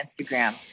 Instagram